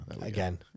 again